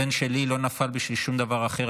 הבן שלי לא נפל בשביל שום דבר אחר,